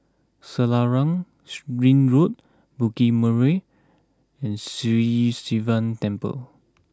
Selarang Ring Road Bukit Purmei and Sri Sivan Temple